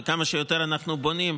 כמה שאנחנו יותר בונים,